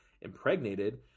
impregnated